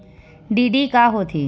DD का होथे?